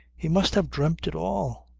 he must have dreamt it all!